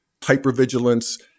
hypervigilance